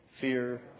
Fear